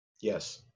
yes